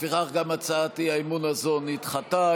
לפיכך, גם הצעת האי-אמון הזו נדחתה.